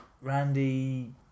Randy